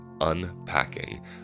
unpacking